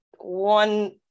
one